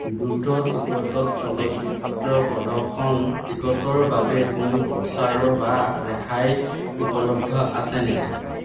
দ্ৰুত টিকটত চলচ্চিত্ৰ প্ৰদৰ্শন টিকটৰ বাবে কোনো প্ৰচাৰৰ বা ৰেহাই উপলব্ধ আছে নেকি